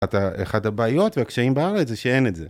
אחד הבעיות והקשיים בארץ זה שאין את זה.